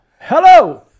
Hello